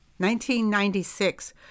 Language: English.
1996